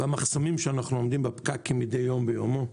במחסומים שאנחנו עומדים בפקקים מדי יום ביומו,